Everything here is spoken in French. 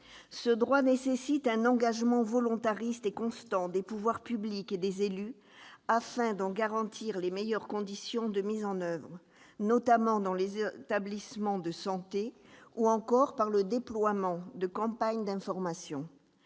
Ce droit nécessite un engagement volontariste et constant des pouvoirs publics et des élus, afin d'en garantir les meilleures conditions de mise en oeuvre, notamment dans les établissements de santé, ou encore par le déploiement de campagnes d'information.